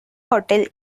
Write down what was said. hotel